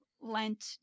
lent